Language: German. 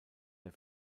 der